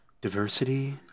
diversity